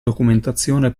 documentazione